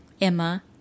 Emma